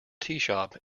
teashop